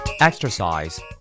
Exercise